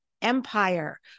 Empire